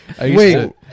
Wait